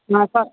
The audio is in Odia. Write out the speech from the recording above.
ନା ତ